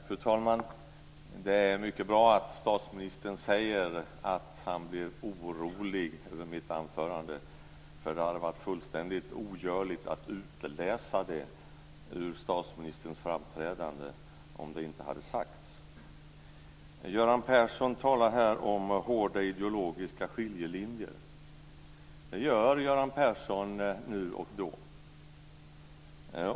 Fru talman! Det är mycket bra att statsministern sade att han blev orolig över mitt anförande. Det var fullständigt ogörligt att utläsa det ur statsministerns framträdande. Göran Persson talar om hårda ideologiska skiljelinjer. Det gör Göran Persson nu och då.